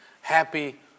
Happy